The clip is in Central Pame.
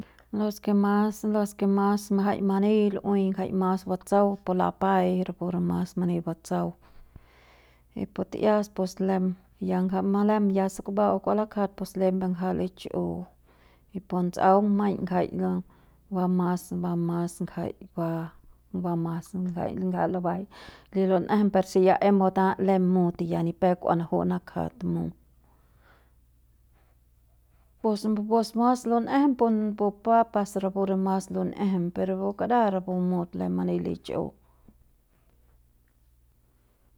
Los ke mas los ke mas majai mani lu'uei jai mas batsau pu lapai y rapu re mas mani batsau y pu ti'ias pues lem ya ngja lem se kumba'au kua lakjat pus lembe ngja lich'u y pun tsaung maiñ ngjai ba mas ba mas ngjai ba ba mas ngjai ngjai de lo lum'ejem per si ya em bata lem mut ya ni pep kua manaju'u nakjat mut pus pus mas lun'ejem pun pu papas rapu re mas lun'ejem per rapu kara rapu mut lem mani lich'u.